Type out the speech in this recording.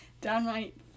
downright